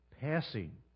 passing